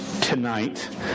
tonight